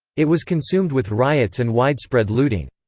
it was consumed with riots and widespread looting.